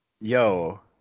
Yo